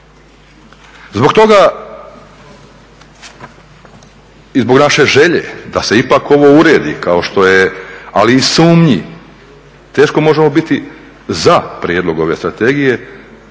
Zbog toga i zbog naše želje da se ipak ovo uredi kao što je, ali i sumnji, teško možemo biti za prijedlog ove strategije.